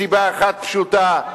מסיבה אחת פשוטה,